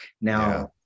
Now